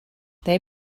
they